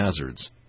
hazards